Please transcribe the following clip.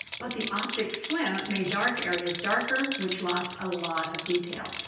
but the opticslim made dark areas darker, which lost a lot of detail,